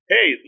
Hey